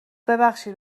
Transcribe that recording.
ببخشید